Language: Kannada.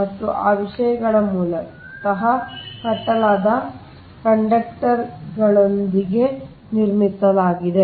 ಮತ್ತು ಆ ವಿಷಯಗಳನ್ನು ಮೂಲತಃ ಕಟ್ಟಲಾದ ಕಂಡಕ್ಟರ್tಗಳೊಂದಿಗೆ ನಿರ್ಮಿಸಲಾಗಿದೆ